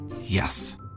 Yes